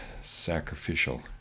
sacrificial